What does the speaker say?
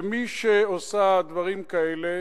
ומי שעושה דברים כאלה